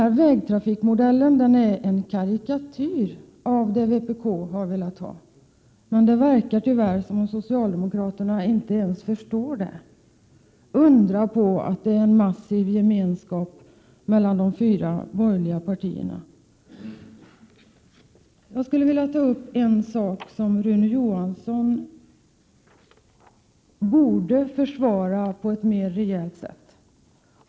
Denna vägtrafikmodell är en karikatyr av det som vpk har velat ha. Det verkar tyvärr som om socialdemokraterna inte förstår det. Undra på att det är en massiv gemenskap mellan de fyra borgerliga partierna. Jag skulle vilja ta upp en sak som Rune Johansson borde försvara på ett mer rejält sätt.